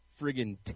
friggin